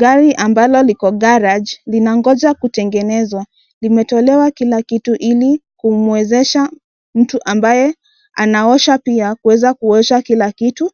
Gari ambalo liko garage linangoja kutengenezwa. Limetolewa kila kitu ilikumwezesha mtu ambaye anaosha pia kuweza kuosha kila kitu